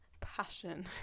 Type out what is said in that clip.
passion